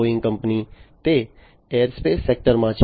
Boeing company તે aerospace સેક્ટરમાં છે